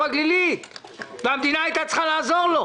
הגלילית והמדינה הייתה צריכה לעזור לו.